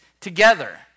together